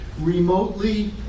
remotely